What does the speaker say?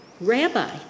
Rabbi